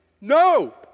No